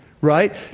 right